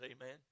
amen